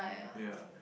ya